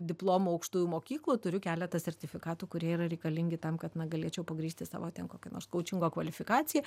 diplomų aukštųjų mokyklų turiu keletą sertifikatų kurie yra reikalingi tam kad na galėčiau pagrįsti savo ten kokią nors koučingo kvalifikaciją